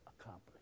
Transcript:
accomplish